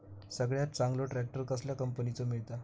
सगळ्यात चांगलो ट्रॅक्टर कसल्या कंपनीचो मिळता?